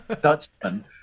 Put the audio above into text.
dutchman